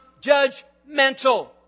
judgmental